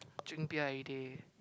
drink beer everyday